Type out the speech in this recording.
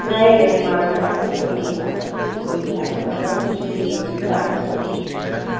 नहीं नहीं हमारा ड्राइवर कोई नशा पत्ती कोई दारू गाँजा कुछ भी नहीं पीता है सब कुछ ठीक है